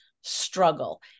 struggle